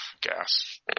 gas